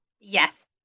Yes